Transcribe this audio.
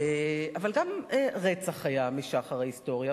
אבל גם רצח היה משחר ההיסטוריה,